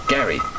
Gary